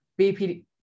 BPD